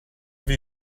have